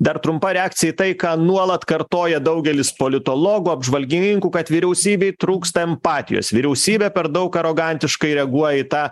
dar trumpa reakcija į tai ką nuolat kartoja daugelis politologų apžvalgininkų kad vyriausybei trūksta empatijos vyriausybė per daug arogantiškai reaguoja į tą